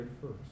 first